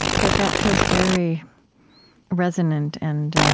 that that feels very resonant and